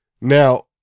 Now